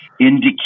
indicate